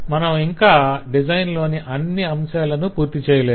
మనం ఇంకా డిజైన్ లోని అన్ని అంశాలను పూర్తి చేయలేదు